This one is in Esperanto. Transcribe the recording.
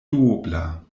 duobla